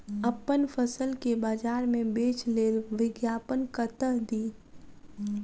अप्पन फसल केँ बजार मे बेच लेल विज्ञापन कतह दी?